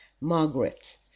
Margaret